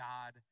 God